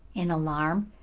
in alarm.